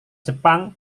jepang